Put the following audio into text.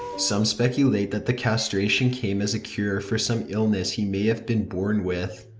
some speculate that the castration came as a cure for some illness he may have been born with,